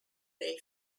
they